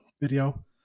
video